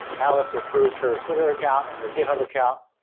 alice has proved her twitter account and her github account.